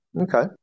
okay